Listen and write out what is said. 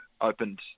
opened